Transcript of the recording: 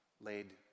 laid